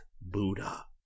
Buddha